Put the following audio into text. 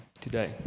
today